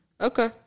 Okay